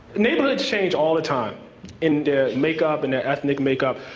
neighborhoods change all the time in their makeup and their ethnic makeup.